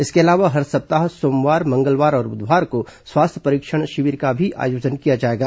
इसके अलावा हर सप्ताह सोमवार मंगलवार और बधवार को स्वास्थ्य परीक्षण शिविर का भी आयोजन किया जाएगा